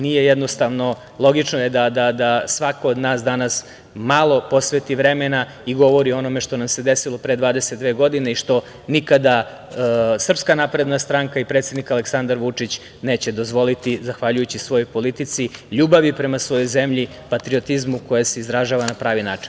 Nije jednostavno, logično je da svako od nas danas malo posveti vremena i govori o onome što nam se desilo pre 22 godine i što nikada SNS i predsednik Aleksandar Vučić neće dozvoliti, zahvaljujući svojoj politici ljubavi prema svojoj zemlji, patriotizmu koje se izražava na pravi način.